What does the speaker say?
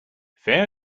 fair